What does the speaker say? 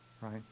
right